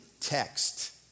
text